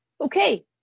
okay